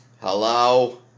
Hello